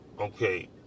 okay